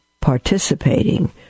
participating